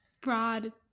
broad